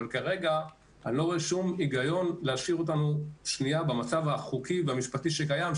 אבל כרגע אני לא רואה שום היגיון להשאיר אותנו במצב החוקי המשפטי שקיים,